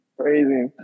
Crazy